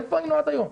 איפה היינו עד היום?